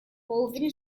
woven